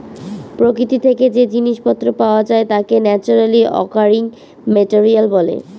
প্রকৃতি থেকে যে জিনিস পত্র পাওয়া যায় তাকে ন্যাচারালি অকারিং মেটেরিয়াল বলে